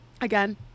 again